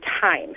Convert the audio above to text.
time